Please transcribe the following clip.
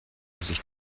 sich